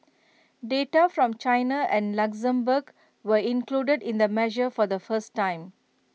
data from China and Luxembourg were included in the measure for the first time